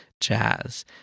jazz